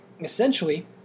essentially